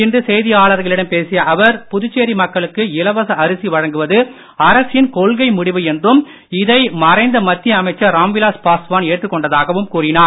இன்று செய்தியாளர்களிடம் பேசிய அவர் புதுச்சேரி மக்களுக்கு இலவச அரிசி வழங்குவது அரசின் கொள்கை முடிவு என்றும் இதை மறைந்த மத்திய அமைச்சர் ராம்விலாஸ் பாஸ்வான் ஏற்றுக் கொண்டதாகவும் கூறினார்